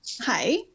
Hi